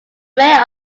mayor